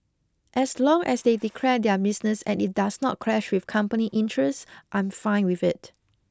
as long as they declare their business and it does not clash with company interests I'm fine with it